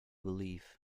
believe